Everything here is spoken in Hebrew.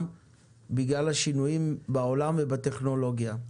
ייפגעו ממנו בגלל השינויים בעולם ובטכנולוגיה.